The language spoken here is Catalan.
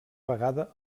vegada